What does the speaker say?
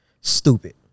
Stupid